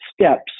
steps